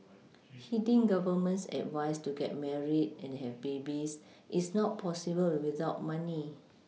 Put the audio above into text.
heeding government's advice to get married and have babies is not possible without money